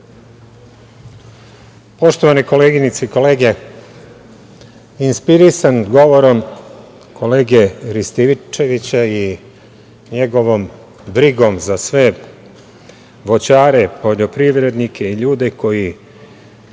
Poštovane koleginice i kolege, inspirisan govorom kolege Rističevića i njegovom brigom za sve voćare, poljoprivrednike i ljude koji